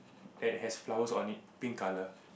and has flowers on it pink colour